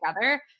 together